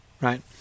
right